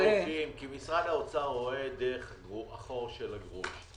משרד האוצר רואה דרך החור של הגרוש.